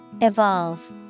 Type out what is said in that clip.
Evolve